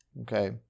okay